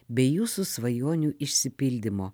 bei jūsų svajonių išsipildymo